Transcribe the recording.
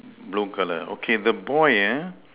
blue colour okay the boy ah